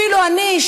אפילו אני,